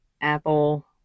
Apple